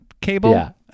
cable